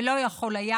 ולא יכול היה,